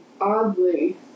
oddly